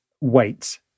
wait